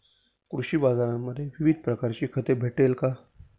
कृषी बाजारांमध्ये विविध प्रकारची खते भेटेल का?